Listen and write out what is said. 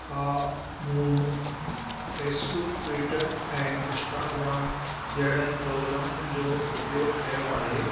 हा मूं Facebook Twitter ऐं इंस्टाग्राम जहिड़नि प्रोग्रामनि जो उपयोग कयो आहे